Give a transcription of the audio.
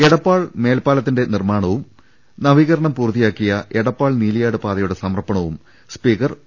എടപ്പാൾ മേൽപ്പാലത്തിന്റെ നിർമ്മാണവും നവീകരണം പൂർത്തി യായ എടപ്പാൾ നീലിയാട് പാതയുടെ സമർപ്പണവും സ്പീക്കർ പി